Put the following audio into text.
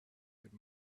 good